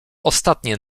ostatnie